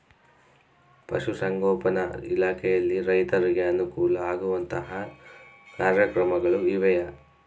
ಪಶುಸಂಗೋಪನಾ ಇಲಾಖೆಯಲ್ಲಿ ರೈತರಿಗೆ ಅನುಕೂಲ ಆಗುವಂತಹ ಕಾರ್ಯಕ್ರಮಗಳು ಇವೆಯಾ?